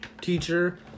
teacher